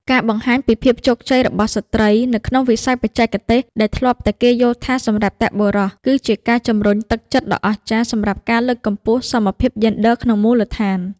ការបង្ហាញពីភាពជោគជ័យរបស់ស្ត្រីនៅក្នុងវិស័យបច្ចេកទេសដែលធ្លាប់តែគេយល់ថាសម្រាប់តែបុរស គឺជាការជំរុញទឹកចិត្តដ៏អស្ចារ្យសម្រាប់ការលើកកម្ពស់សមភាពយេនឌ័រក្នុងមូលដ្ឋាន។